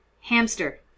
Hamster